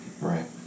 Right